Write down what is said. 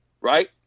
Right